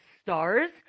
stars